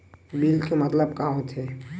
Bill के मतलब का होथे?